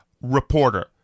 reporter